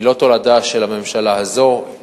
היא לא תולדה של הממשלה הזאת,